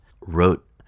wrote